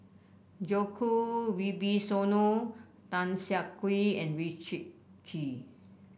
Djoko Wibisono Tan Siah Kwee and Richard Kee